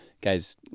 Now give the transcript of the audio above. guys